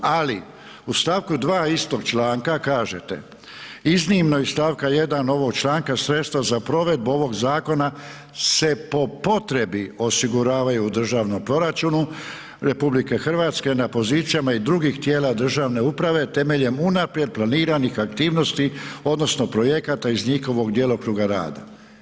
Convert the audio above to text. Ali u stavku 2. istog članka kažete: „Iznimno iz stavka 1. ovog članka sredstva za provedbu ovog zakona se po potrebi osiguravaju u državnom proračunu Republike Hrvatske na pozicijama i drugih tijela državne uprave temeljem unaprijed planiranih aktivnosti, odnosno projekata iz njihovog djelokruga rada.